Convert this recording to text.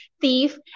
thief